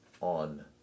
on